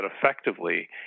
effectively